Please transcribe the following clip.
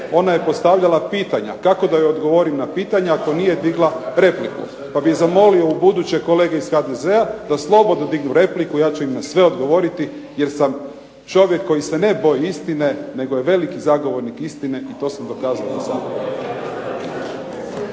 ona je postavljala pitanja. Kako da joj odgovorim na pitanja ako nije digla repliku. Pa bih zamolio ubuduće kolege iz HDZ-a da slobodno dignu repliku ja ću im na sve odgovoriti jer sam čovjek koji se ne boji istine, nego je veliki zagovornik istine i to se dokazalo ...